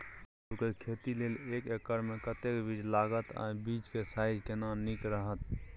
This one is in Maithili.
आलू के खेती लेल एक एकर मे कतेक बीज लागत आ बीज के साइज केना नीक रहत?